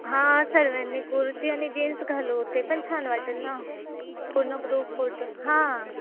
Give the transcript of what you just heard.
हा सर्वांनी कुर्ती आणि जीन्स घालू ते पण छान वाटेल ना पूर्ण ग्रुप फोटो हां